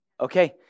Okay